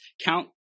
count